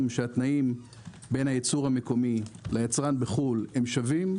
שהתנאים בין הייצור המקומי ליצרן בחו"ל הם שווים,